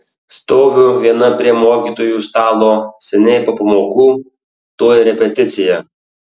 stoviu viena prie mokytojų stalo seniai po pamokų tuoj repeticija